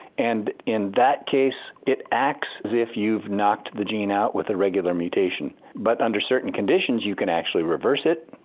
and in that case it acts as if you've knocked the gene out with a regular mutation. but under certain conditions you can actually reverse it,